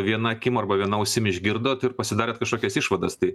viena akim arba viena ausim išgirdote ir pasidarėt kažkokias išvadas tai